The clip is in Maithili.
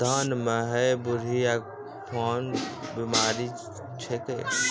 धान म है बुढ़िया कोन बिमारी छेकै?